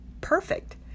perfect